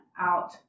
out